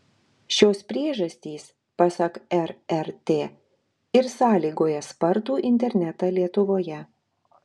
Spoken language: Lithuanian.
šios priežastys pasak rrt ir sąlygoja spartų internetą lietuvoje